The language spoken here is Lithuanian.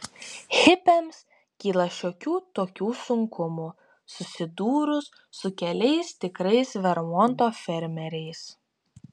hipiams kyla šiokių tokių sunkumų susidūrus su keliais tikrais vermonto fermeriais